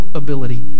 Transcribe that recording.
ability